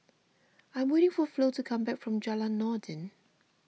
I am waiting for Flo to come back from Jalan Noordin